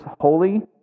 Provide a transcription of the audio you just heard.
holy